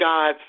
God